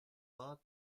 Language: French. pas